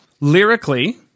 Lyrically